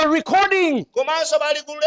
recording